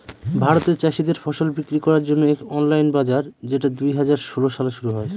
ভারতে চাষীদের ফসল বিক্রি করার জন্য এক অনলাইন বাজার যেটা দুই হাজার ষোলো সালে শুরু হয়